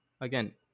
again